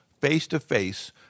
face-to-face